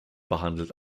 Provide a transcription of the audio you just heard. behandelt